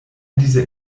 diese